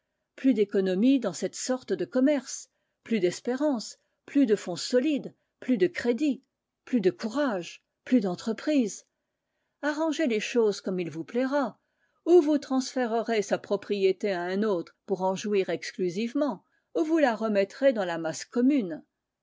plus d'économie dans cette sorte de commerce plus d'espérance plus de fonds solide plus de crédit plus de courage plus d'entreprise arrangez les choses comme il vous plaira ou vous transférerez sa propriété à un autre pour en jouir exclusivement ou vous la remettrez dans la masse commune